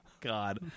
god